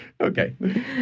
Okay